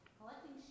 collecting